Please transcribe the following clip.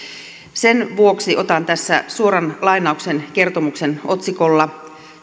sen vuoksi otan tässä suoran lainauksen kertomuksen otsikolla